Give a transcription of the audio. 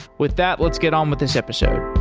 with that, let's get on with this episode.